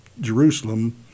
Jerusalem